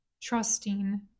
trusting